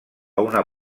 una